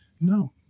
No